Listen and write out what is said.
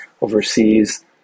overseas